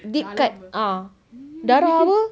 deep cut ah dalam apa